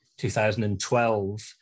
2012